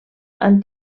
han